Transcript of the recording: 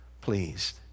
pleased